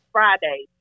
Friday